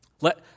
Let